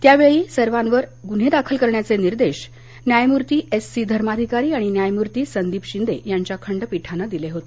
त्यावेळी या सर्वावर गुन्हा दाखल करण्याचे निर्देश न्यायमूर्ती एस सी धर्माधिकारी आणि न्यायमूर्ती संदीप शिंदे यांच्या खंडपीठानं दिले होते